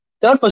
Third